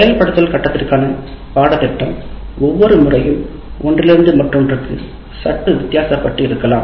செயல்படுத்தும் கட்டம் ஒரு பாடத்திட்டத்திலிருந்து மற்றொன்றுக்கு சற்று வித்தியாசப்பட்டு இருக்கலாம்